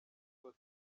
bwose